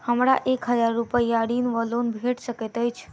हमरा एक हजार रूपया ऋण वा लोन भेट सकैत अछि?